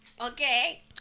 Okay